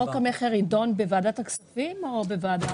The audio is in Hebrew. חוק המכר ידון בוועדת הכספים או בוועדה אחרת?